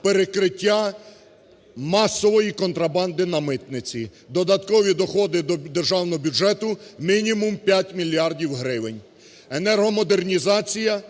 Перекриття масової контрабанди на митниці – додаткові доходи до державного бюджету мінімум 5 мільярдів гривень. Енергомодернізація,